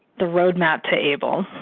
the roadmap to able.